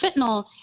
fentanyl